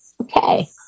okay